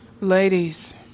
Ladies